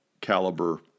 caliber